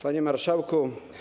Panie Marszałku!